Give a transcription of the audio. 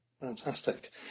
Fantastic